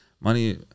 Money